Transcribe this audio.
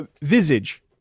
Visage